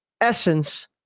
essence